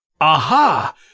Aha